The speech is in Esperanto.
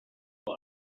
ili